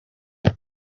will